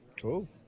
Cool